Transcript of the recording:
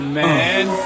man